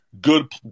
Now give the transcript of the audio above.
good